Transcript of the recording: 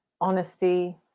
honesty